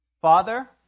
Father